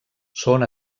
són